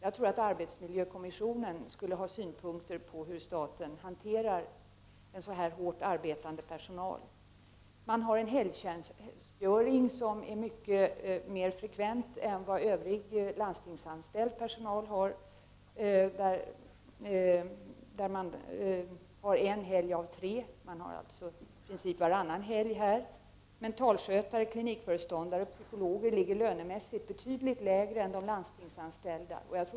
Jag tror att arbetsmiljökonventionen skulle ha synpunkter på hur staten hanterar en så här hårt arbetande personal. Personalen har en helgtjänstgöring som är mycket mer omfattande än den som övrig landstingspersonal har. Andra arbetar en helg av tre, medan den personal vi nu diskuterar i princip arbetar varannan helg. Mentalskötare, klinikföreståndare och psykologer ligger lönemässigt betydligt lägre än de landstingsanställda.